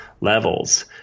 levels